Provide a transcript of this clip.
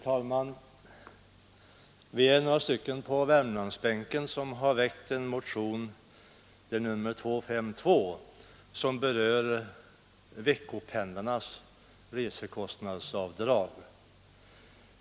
Herr talman! Vi är några stycken på Värmlandsbänken som har väckt en motion, nr 252, om veckopendlarnas resekostnadsavdrag.